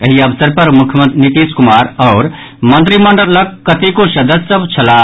एहि अवसर पर मुख्यमंत्री नीतीश कुमार आओर मंत्रिमंडलक कतेको सदस्य सभ छलाह